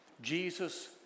Jesus